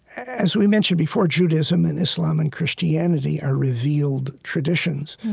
as we mentioned before, judaism and islam and christianity are revealed traditions.